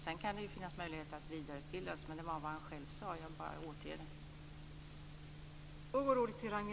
Sedan kan det finnas möjligheter till vidareutbildning, men det var vad han själv sade.